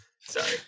Sorry